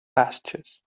pastures